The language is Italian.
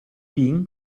pin